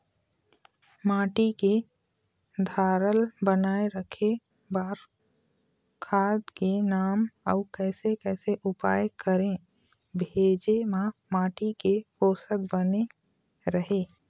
माटी के धारल बनाए रखे बार खाद के नाम अउ कैसे कैसे उपाय करें भेजे मा माटी के पोषक बने रहे?